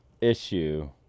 issue